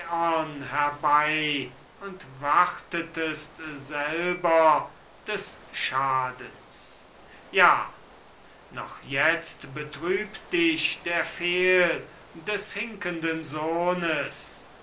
herbei und wartetest selber des schadens ja noch jetzt betrübt dich der fehl des hinkenden sohnes